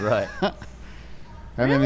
Right